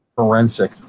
Forensic